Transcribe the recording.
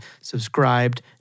subscribed